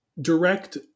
direct